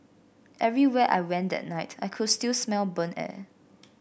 everywhere I went that night I could still smell burnt air